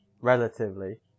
Relatively